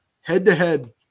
Head-to-head